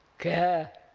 care,